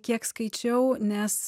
kiek skaičiau nes